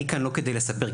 אני כאן לא כדי לספר,